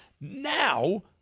Now